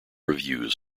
reviews